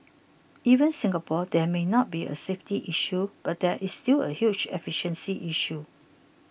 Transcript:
even Singapore there may not be a safety issue but there is still a huge efficiency issue